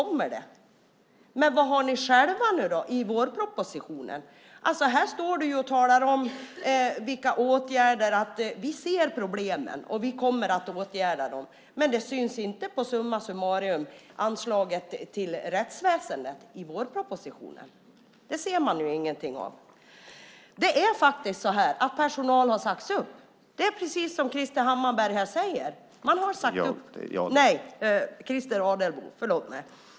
Men vad har ni själva i vårpropositionen? Här talar du om åtgärder och säger: Vi ser problemen och kommer att åtgärda dem. Men summa summarum syns inte det när det gäller det anslag till rättsväsendet som finns i vårpropositionen. Det ser man ingenting av. Personal har faktiskt sagts upp. Det är precis som Christer Adelsbo här säger. Krister!